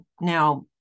Now